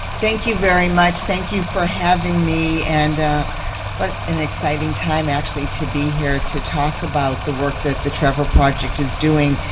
thank you very much. thank you for having me, and what an exciting time, actually, to be here to talk about the work that the trevor project is doing.